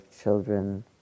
children